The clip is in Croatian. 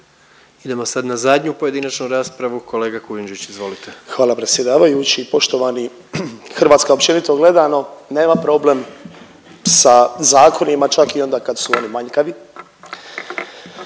Idemo sad na zadnju pojedinačnu raspravu, kolega Kujundžić, izvolite. **Kujundžić, Ante (MOST)** Hvala predsjedavajući, poštovani. Hrvatska općenito gledano, nema problem sa zakonima, čak i onda kad su oni manjkavi.